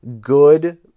good